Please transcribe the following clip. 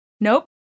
nope